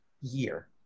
year